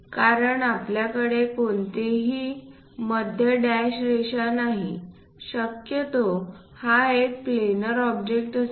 कारण आपल्याकडे कोणतीही मध्य डॅश रेषा नाही शक्यतो हा एक प्लेनर ऑब्जेक्ट असावा